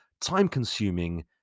time-consuming